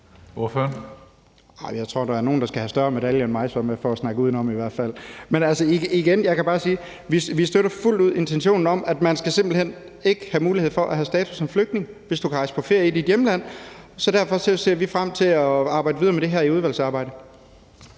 at der i hvert fald er nogle, der skal have en større medalje end mig for at snakke udenom. Men igen kan jeg bare sige: Vi støtter fuldt ud intentionen om, at man simpelt hen ikke skal have mulighed for at have status som flygtning, hvis man kan rejse på ferie i sit hjemland. Så derfor ser vi frem til at arbejde videre med det her i udvalget.